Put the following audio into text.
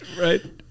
right